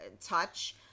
touch